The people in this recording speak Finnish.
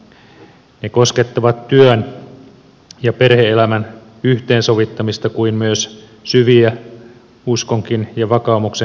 ne koskettavat niin työn ja perhe elämän yhteensovittamista kuin myös syviä uskon ja vakaumuksenkin kysymyksiä